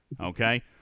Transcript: okay